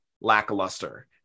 lackluster